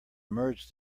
merge